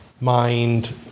mind